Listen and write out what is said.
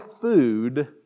food